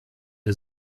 der